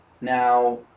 Now